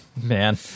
Man